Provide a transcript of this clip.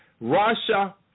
Russia